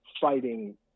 fighting